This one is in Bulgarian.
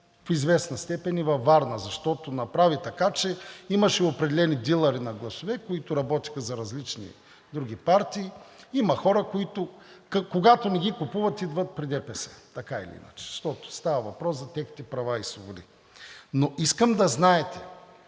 в известна степен и във Варна, защото направи така, че имаше определени дилъри на гласове, които работеха за различни други партии. Има хора, които, когато не ги купуват, идват при ДПС, така или иначе, защото става въпрос за техните права и свободи. Но искам да знаете,